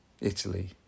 Italy